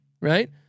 right